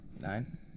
Nine